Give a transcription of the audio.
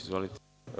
Izvolite.